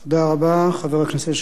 חבר הכנסת שלמה מולה,